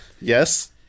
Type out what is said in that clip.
yes